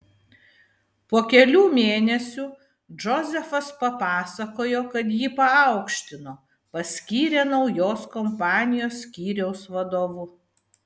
po kelių mėnesių džozefas papasakojo kad jį paaukštino paskyrė naujos kompanijos skyriaus vadovu